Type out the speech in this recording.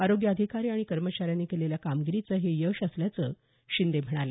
आरोग्य अधिकारी आणि कर्मचाऱ्यांनी केलेल्या कामगिरीचं हे यश असल्याचं शिंदे म्हणाले